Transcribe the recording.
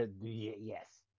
Yes